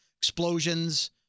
Explosions